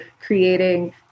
creating